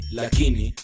lakini